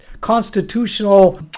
constitutional